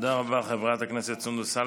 תודה רבה, חברת הכנסת סונדוס סאלח.